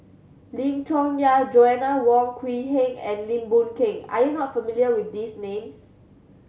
Lim Chong Yah Joanna Wong Quee Heng and Lim Boon Keng are you not familiar with these names